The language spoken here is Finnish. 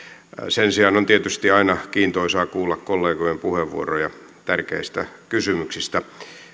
sen sijaan on tietysti aina kiintoisaa kuulla kollegojen puheenvuoroja tärkeistä kysymyksistä